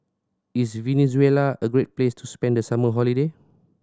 is Venezuela a great place to spend the summer holiday